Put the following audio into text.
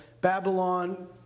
Babylon